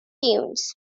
tunes